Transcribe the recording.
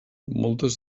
moltes